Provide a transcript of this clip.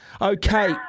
Okay